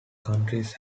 countries